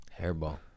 Hairball